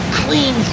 clean